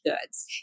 goods